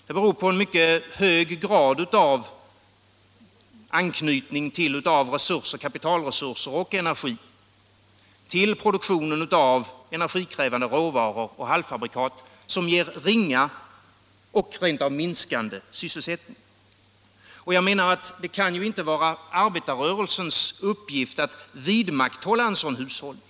Det beror på en mycket hög grad av anknytning av kapitalresurser och energi till produktionen av energikrävande råvaror och halvfabrikat som ger ringa eller rent av minskande sysselsättning. Jag menar att det kan ju inte vara arbetarrörelsens uppgift att vidmakthålla en sådan hushållning.